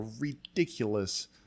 ridiculous